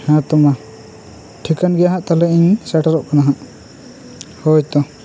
ᱦᱮᱸ ᱛᱚ ᱢᱟ ᱴᱷᱤᱠᱟᱱ ᱜᱤᱭᱟ ᱦᱟᱸᱜ ᱛᱟᱦᱚᱞᱮ ᱤᱧ ᱥᱮᱴᱮᱨᱚᱜ ᱠᱟᱱᱟ ᱦᱟᱸᱜ ᱦᱳᱭ ᱛᱚ